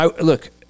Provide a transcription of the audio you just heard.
Look